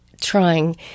trying